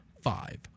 five